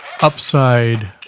upside